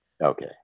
Okay